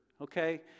Okay